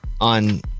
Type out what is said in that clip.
on